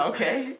Okay